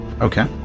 Okay